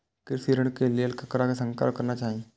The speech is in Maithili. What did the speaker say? कृषि ऋण के लेल ककरा से संपर्क करना चाही?